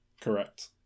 Correct